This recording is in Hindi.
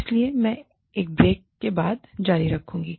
इसलिए मैं एक ब्रेक के बाद जारी रखूंगी